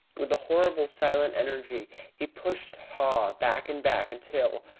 with a horrible silent energy he pushed haw back and back until,